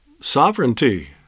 sovereignty